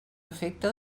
efecte